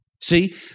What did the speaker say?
See